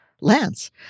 Lance